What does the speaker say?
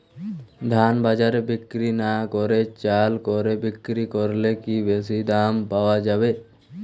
ধান বাজারে বিক্রি না করে চাল কলে বিক্রি করলে কি বেশী দাম পাওয়া যাবে?